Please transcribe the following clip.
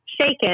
shaken